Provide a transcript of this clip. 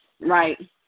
right